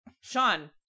Sean